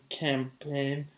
campaign